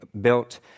built